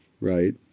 right